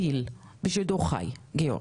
בשידור חי גיורא.